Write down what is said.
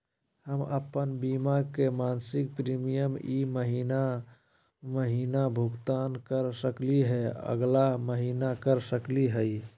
हम अप्पन बीमा के मासिक प्रीमियम ई महीना महिना भुगतान कर सकली हे, अगला महीना कर सकली हई?